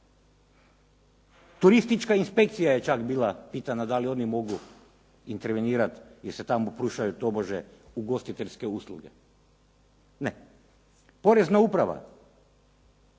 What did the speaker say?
turistička inspekcija je čak bila pitana Da li oni mogu intervenirati jer se tamo kušaju tobože ugostiteljske usluge? Ne. Porezna uprava?